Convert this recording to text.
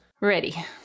Ready